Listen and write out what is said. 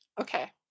Okay